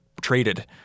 traded